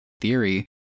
theory